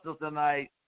tonight